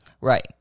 Right